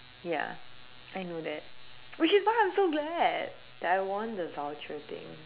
ya I know that which is why I'm so glad that I won the voucher thing